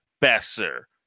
Besser